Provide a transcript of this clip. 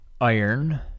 Iron